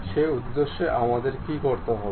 সেই উদ্দেশ্যেআমাদের কী করতে হবে